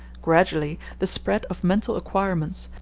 gradually the spread of mental acquirements,